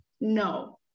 no